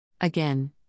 again